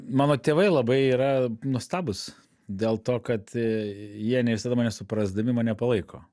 mano tėvai labai yra nuostabūs dėl to kad jie ne visada mane suprasdami mane palaiko